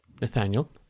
nathaniel